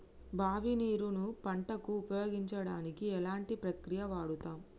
బావి నీరు ను పంట కు ఉపయోగించడానికి ఎలాంటి ప్రక్రియ వాడుతం?